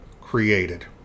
created